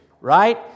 right